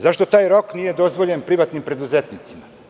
Zašto taj rok nije dozvoljen privatnim preduzetnicima?